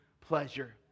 pleasure